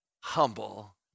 humble